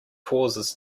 causes